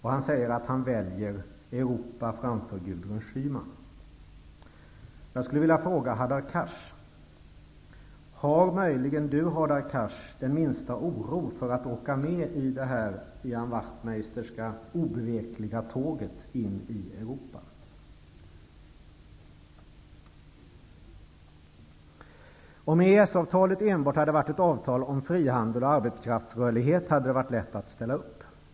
Han säger att han väljer Cars möjligen den minsta oro för att åka med i Ian Wachtmeisters obevekliga tåg in i Europa? Om EES-avtalet enbart hade varit ett avtal om frihandel och arbetskraftsrörlighet, hade det varit lätt att ställa upp.